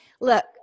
look